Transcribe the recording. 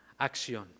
acción